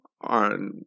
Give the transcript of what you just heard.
on